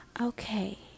Okay